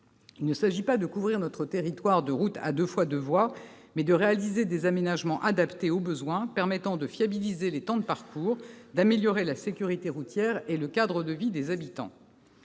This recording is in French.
Il s'agit non pas de couvrir notre territoire de routes à 2x2 voies, mais de réaliser des aménagements adaptés aux besoins, permettant de fiabiliser les temps de parcours, d'améliorer la sécurité routière et le cadre de vie des habitants.